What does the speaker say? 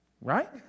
Right